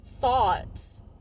thoughts